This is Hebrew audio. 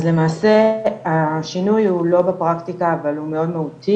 אז למעשה השינוי הוא לא בפרקטיקה אבל הוא מאוד מהותי,